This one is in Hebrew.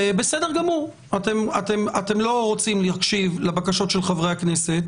אתם לא רוצים להקשיב לבקשות של חברי הכנסת,